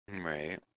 Right